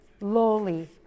lowly